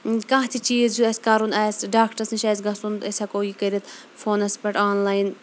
کانٛہہ تہِ چیٖز چھُ اَسہِ کَرُن آسہِ ڈاکٹرس نِش آسہِ گَژھُن أسۍ ہیٚکو یہِ کٔرِتھ فونَس پیٹھ آنلایِن